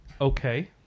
Okay